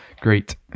great